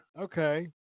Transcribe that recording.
okay